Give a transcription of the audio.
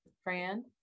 Fran